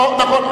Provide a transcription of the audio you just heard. אוה, נכון.